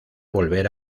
volver